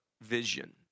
vision